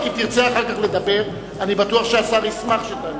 אם תרצה אחר כך לדבר, אני בטוח שהשר ישמח שתענה.